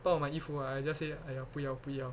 帮我买衣服 ah I just say !aiya! 不要不要